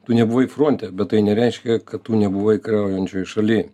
tu nebuvai fronte bet tai nereiškia kad tu nebuvai kariaujančioj šaly